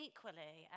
Equally